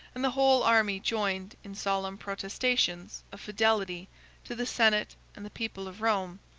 and the whole army joined in solemn protestations of fidelity to the senate and the people of rome,